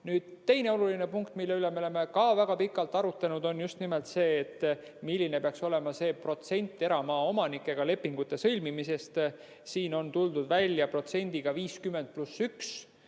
saada. Teine oluline punkt, mille üle me oleme ka väga pikalt arutlenud, on just nimelt see, milline peaks olema see protsent eramaaomanikega lepingute sõlmimiseks. Siin on tuldud välja protsendiga 50 + 1.